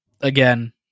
again